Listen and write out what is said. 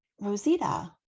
Rosita